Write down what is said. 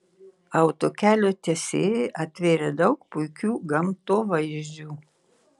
autokelio tiesėjai atvėrė daug puikių gamtovaizdžių